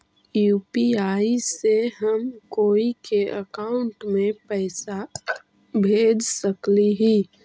UPI से हम कोई के अकाउंट में पैसा भेज सकली ही?